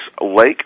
Lake